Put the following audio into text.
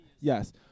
Yes